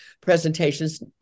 presentations